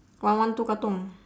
one one two katong